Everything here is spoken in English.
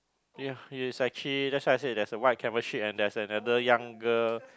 ya it's actually that's why I said there's a white cover sheet and there's another young girl